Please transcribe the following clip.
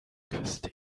küsste